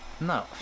No